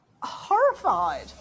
horrified